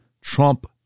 Trump